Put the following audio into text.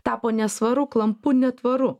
tapo nesvaru klampu netvaru